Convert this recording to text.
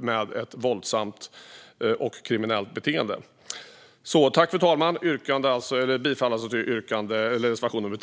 med ett våldsamt och kriminellt beteende. Fru talman! Jag yrkar bifall till reservation 3.